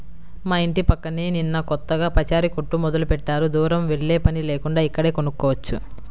మా యింటి పక్కనే నిన్న కొత్తగా పచారీ కొట్టు మొదలుబెట్టారు, దూరం వెల్లేపని లేకుండా ఇక్కడే కొనుక్కోవచ్చు